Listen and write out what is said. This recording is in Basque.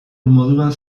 moduan